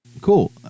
Cool